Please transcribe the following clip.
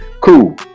Cool